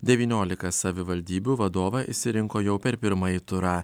devyniolika savivaldybių vadovą išsirinko jau per pirmąjį turą